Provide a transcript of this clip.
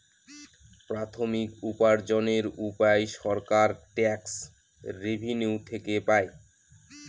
প্রাথমিক উপার্জনের উপায় সরকার ট্যাক্স রেভেনিউ থেকে পাই